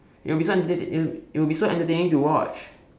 it will be so entertaining it will be so entertaining to watch